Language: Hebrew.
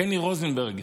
קני רוזנברג,